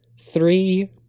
three